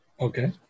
Okay